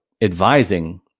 advising